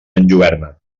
enlluerna